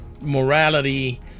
morality